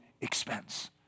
expense